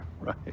Right